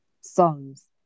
songs